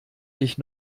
dich